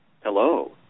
Hello